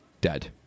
dead